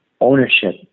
ownership